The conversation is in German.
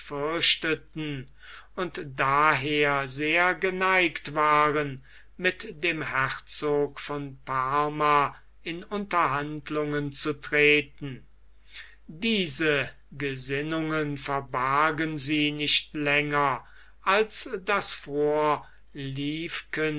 fürchteten und daher sehr geneigt waren mit dem herzog von parma in unterhandlungen zu treten diese gesinnungen verbargen sie nicht länger als das